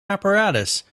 apparatus